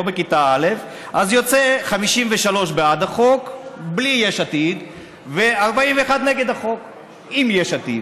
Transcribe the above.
לא בכיתה א' אז יוצא 53 בעד החוק בלי יש עתיד ו-41 נגד החוק עם יש עתיד.